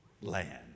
land